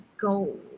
gold